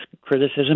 criticism